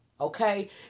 okay